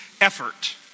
effort